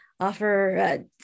Offer